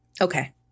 Okay